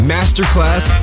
Masterclass